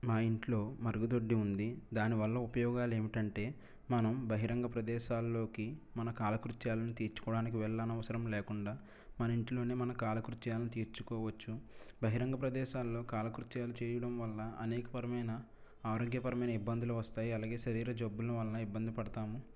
మా ఇంట్లో మరుగుదొడ్డి ఉంది దాని వల్ల ఉపయోగాలు ఏమిటంటే మనం బహిరంగ ప్రదేశాల్లోకి మన కాలకృత్యాలను తీర్చుకోవడానికి వెళ్ళనవసరం లేకుండా మన ఇంట్లోనే మన కాలకృత్యాలను తీర్చుకోవచ్చు బహిరంగ ప్రదేశాల్లో కాలకృత్యాలు చేయడం వల్ల అనేకపరమైన ఆరోగ్యపరమైన ఇబ్బందులు వస్తాయి అలాగే శరీర జబ్బుల వలన ఇబ్బంది పడుతాము